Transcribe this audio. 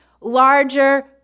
larger